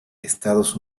estados